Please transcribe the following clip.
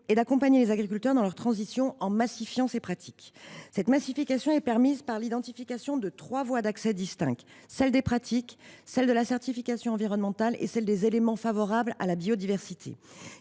est d’accompagner les agriculteurs dans leur transition en massifiant ces pratiques. Cette massification est permise par l’identification de trois voies d’accès distinctes : celle des « pratiques », celle de la « certification environnementale » et celle des « éléments favorables à la biodiversité